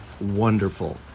wonderful